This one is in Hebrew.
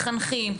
במחנכים,